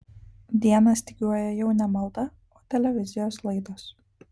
dieną styguoja jau ne malda o televizijos laidos